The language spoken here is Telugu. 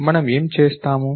మనము ఏమి చేస్తాము